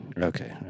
Okay